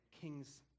kings